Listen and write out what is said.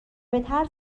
بطرز